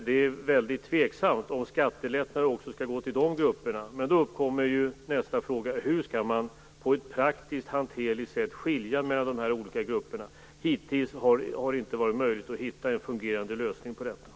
Det är väldigt tveksamt om skattelättnader också skall gå till de grupperna. Då uppkommer nästa fråga: Hur skall man på ett praktiskt hanterligt sätt skilja mellan de olika grupperna? Hittills har det inte varit möjligt att hitta en fungerande lösning på detta.